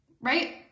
Right